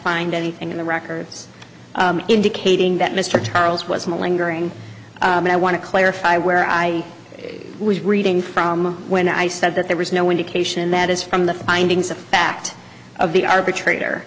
find anything in the records indicating that mr charles was milling during and i want to clarify where i was reading from when i said that there was no indication that is from the findings of fact of the arbitrator